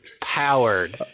powered